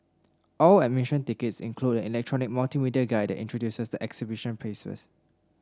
all admission tickets include an electronic multimedia guide that introduces the exhibition spaces